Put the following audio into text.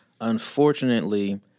unfortunately